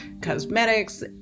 cosmetics